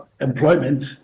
employment